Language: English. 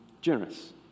generous